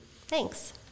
Thanks